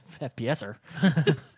FPSer